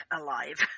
alive